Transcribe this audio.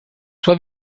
sua